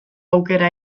aukera